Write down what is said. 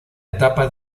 etapa